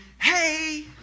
hey